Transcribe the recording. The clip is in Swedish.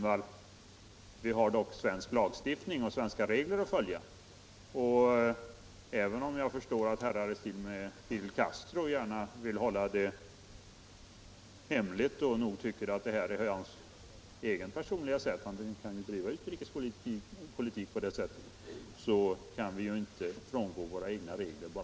Vi har dock en lagstiftning att följa, fru Thunvall. Även om jag förstår att en herre som Fidel Castro gärna vill hålla innehållet i ett brev till Olof Palme hemligt så kan inte vi för den skull frångå våra regler.